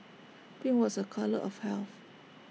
pink was A colour of health